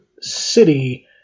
city